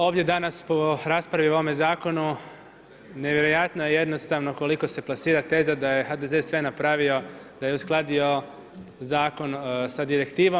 Ovdje danas o raspravi o ovome zakonu nevjerojatno je jednostavno koliko se plasira teza da je HDZ sve napravio, da je uskladio zakon sa direktivom.